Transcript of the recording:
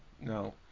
No